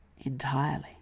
entirely